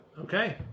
okay